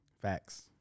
Facts